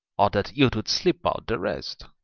or that youth would sleep out the rest